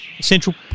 central